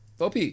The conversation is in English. op